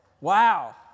Wow